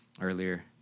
earlier